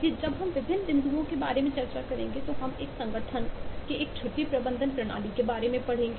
इसलिए जब हम विभिन्न बिंदुओं के बारे में चर्चा करेंगे तो हम एक संगठन के एक छुट्टी प्रबंधन प्रणाली के बारे में पढ़ेंगे